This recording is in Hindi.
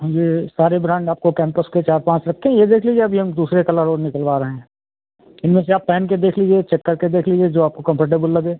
हाँ जी सारे ब्राण्ड आपको कैम्पस के चार पाँच रखे हैं ये देख लीजिए अभी हम दूसरे कलर और निकलवा रहे हैं इनमें से आप पहन कर देख लीजिए चेक करके देख लीजिए जो आपको कम्फ़र्टेबुल लगे